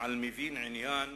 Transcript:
על מבין-עניין